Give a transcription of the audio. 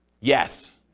Yes